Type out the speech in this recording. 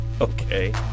Okay